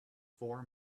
four